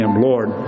Lord